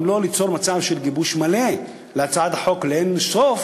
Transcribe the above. אם לא ליצור מצב של גיבוש מלא בהצעת החוק לאין-סוף,